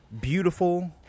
beautiful